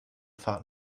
fahrt